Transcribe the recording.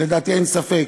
שלדעתי אין ספק